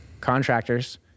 contractors